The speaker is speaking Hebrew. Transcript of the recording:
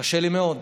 קשה לי מאוד.